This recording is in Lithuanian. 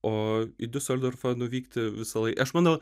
o į diuseldorfą nuvykti visąlai aš manau